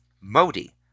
Modi